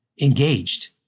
engaged